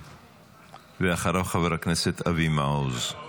בבקשה, ואחריו, חבר הכנסת אבי מעוז.